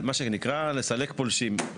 מה שנקרא, לסלק פולשים.